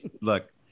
look